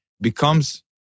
becomes